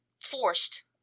forced